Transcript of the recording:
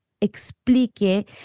explique